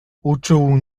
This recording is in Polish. uczuł